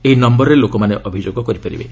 ଏହି ନମ୍ଘରରେ ଲୋକମାନେ ଅଭିଯୋଗ କରିପାରିବେ